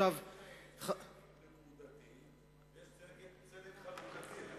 יש צדק חברתי, ויש צדק חלוקתי.